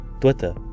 Twitter